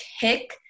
kick